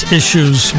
issues